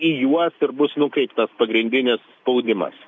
į juos ir bus nukreiptas pagrindinis spaudimas